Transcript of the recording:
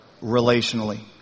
Relationally